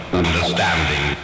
understanding